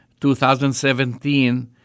2017